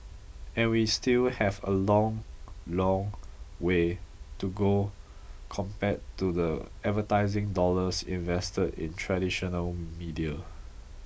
and we still have a long long way to go compared to the advertising dollars invested in traditional media